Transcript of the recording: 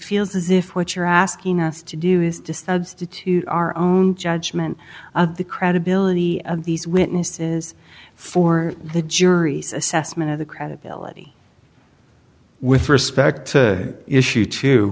feels as if what you're asking us to do is disturbs due to our own judgment of the credibility of these witnesses for the jury's assessment of the credibility with respect to issue t